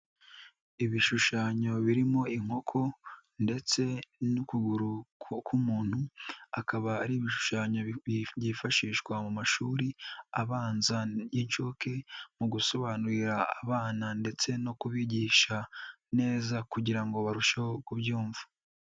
Ibishushanyo birimo inkoko ndetse n'ukuguru k'umuntu, akaba ari ibishushanyo byifashishwa mu mashuri abanza y'inshuke mu gusobanurira abana ndetse no kubigisha neza kugira ngo barusheho kubyumva.